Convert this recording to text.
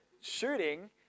shooting